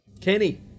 Kenny